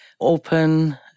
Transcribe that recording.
open